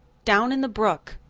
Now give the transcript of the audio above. down in the brook.